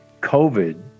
COVID